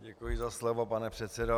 Děkuji za slovo, pane předsedo.